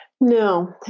No